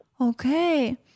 Okay